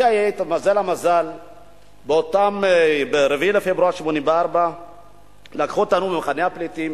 לי התמזל המזל ב-4 בפברואר 1984. לקחו אותנו ממחנה הפליטים